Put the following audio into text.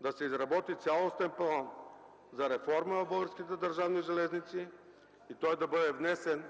да се изработи цялостен план за реформа в Българските държавни железници и той да бъде внесен